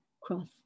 cross